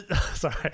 Sorry